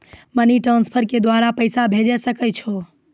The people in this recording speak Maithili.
मनी ट्रांसफर के द्वारा भी पैसा भेजै सकै छौ?